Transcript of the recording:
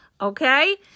okay